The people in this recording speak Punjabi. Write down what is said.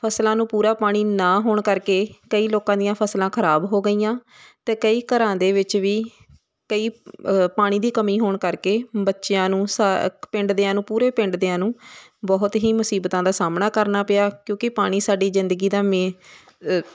ਫਸਲਾਂ ਨੂੰ ਪੂਰਾ ਪਾਣੀ ਨਾ ਹੋਣ ਕਰਕੇ ਕਈ ਲੋਕਾਂ ਦੀਆਂ ਫਸਲਾਂ ਖਰਾਬ ਹੋ ਗਈਆਂ ਅਤੇ ਕਈ ਘਰਾਂ ਦੇ ਵਿੱਚ ਵੀ ਕਈ ਪਾਣੀ ਦੀ ਕਮੀ ਹੋਣ ਕਰਕੇ ਬੱਚਿਆਂ ਨੂੰ ਸਾ ਪਿੰਡ ਦਿਆਂ ਨੂੰ ਪੂਰੇ ਪਿੰਡ ਦਿਆਂ ਨੂੰ ਬਹੁਤ ਹੀ ਮੁਸੀਬਤਾਂ ਦਾ ਸਾਹਮਣਾ ਕਰਨਾ ਪਿਆ ਕਿਉਂਕਿ ਪਾਣੀ ਸਾਡੀ ਜ਼ਿੰਦਗੀ ਦਾ ਮੇ